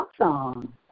Awesome